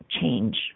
change